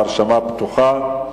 ההרשמה פתוחה.